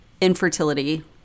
infertility